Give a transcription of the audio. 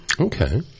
Okay